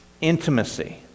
intimacy